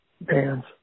bands